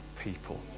people